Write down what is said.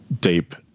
deep